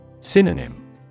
Synonym